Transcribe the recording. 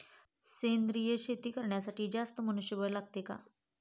सेंद्रिय शेती करण्यासाठी जास्त मनुष्यबळ लागते का?